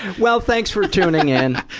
well, thanks for tuning and